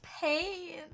pain